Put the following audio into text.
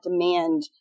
demand